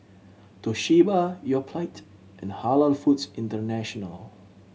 Toshiba Yoplait and Halal Foods International